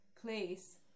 place